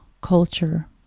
culture